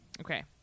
Okay